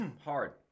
Hard